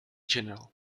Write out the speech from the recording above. general